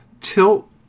Tilt